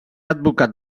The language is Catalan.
advocat